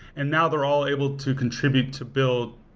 and now they're all able to contribute to build